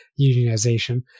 unionization